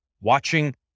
Watching